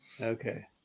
Okay